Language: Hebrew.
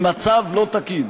היא מצב לא תקין.